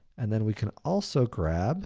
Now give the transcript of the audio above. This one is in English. and then, we can also grab